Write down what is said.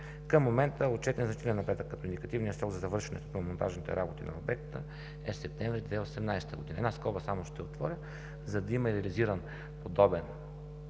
Към момента е отчетен значителен напредък като индикативният срок за завършване строително-монтажните работи на обекта е септември 2018 г. Една скоба само ще отворя: за да има реализиран подобен